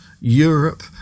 Europe